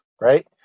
right